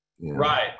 Right